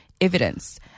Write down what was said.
evidence